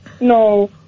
No